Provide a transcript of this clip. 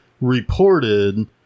reported